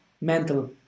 mental